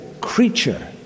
creature